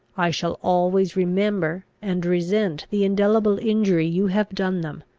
i shall always remember and resent the indelible injury you have done them.